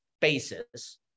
basis